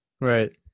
Right